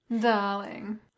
Darling